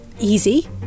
easy